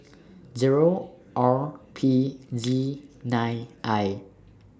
Zero R P Z nine I